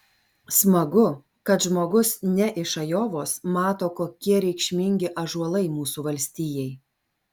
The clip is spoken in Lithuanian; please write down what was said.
smagu kad žmogus ne iš ajovos mato kokie reikšmingi ąžuolai mūsų valstijai